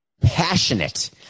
passionate